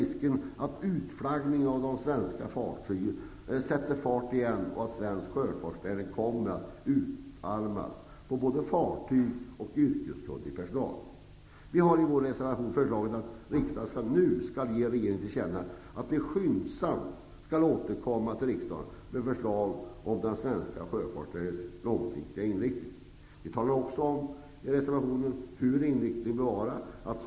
Risken är då att utflaggningen av de svenska fartygen sätter fart igen, och att svensk sjöfartsnäring kommer att utarmas på både fartyg och yrkeskunnig personal. Vi har i vår reservation föreslagit att riksdagen nu skall ge regeringen till känna att den skyndsamt skall återkomma till riksdagen med förslag till den svenska sjöfartens långsiktiga inriktning. Vi talar i reservationen också om vilken denna inriktning bör vara.